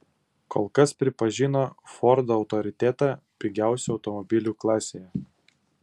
kol kas pripažino fordo autoritetą pigiausių automobilių klasėje